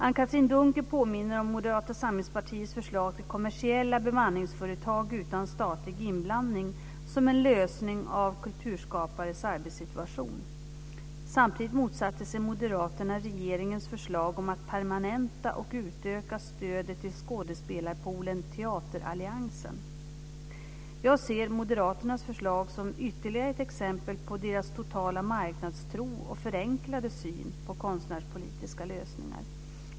Anne-Katrine Dunker påminner om Moderata samlingspartiets förslag till kommersiella bemanningsföretag utan statlig inblandning som en lösning av kulturskapares arbetssituation. Samtidigt motsatte sig moderaterna regeringens förslag om att permanenta och utöka stödet till skådespelarpoolen Teateralliansen . Jag ser moderaternas förslag som ytterligare ett exempel på deras totala marknadstro och förenklade syn på konstnärspolitiska lösningar.